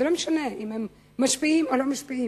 זה לא משנה אם הם משפיעים או לא משפיעים,